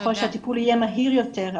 ככל שהטיפול יהיה מהיר יותר,